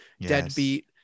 deadbeat